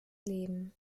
leben